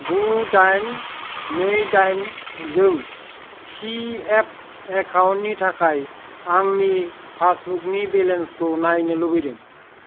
गु दाइन नै दाइन जों पि एफ एकाउन्टनि थाखाय आंनि पासबुकनि बेलेन्सखौ नायनो लुबैदों